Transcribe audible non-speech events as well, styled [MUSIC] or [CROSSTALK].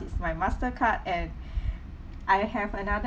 is my Mastercard and [BREATH] I have another